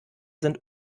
sind